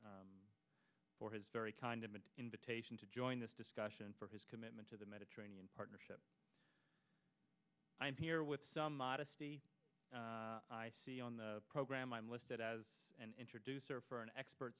for his very kind of an invitation to join this discussion for his commitment to the mediterranean partnership i'm here with some modesty i see on the program i'm listed as and introducer for an expert